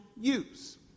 use